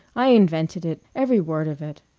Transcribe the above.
i invented it every word of it.